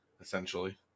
essentially